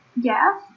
Yes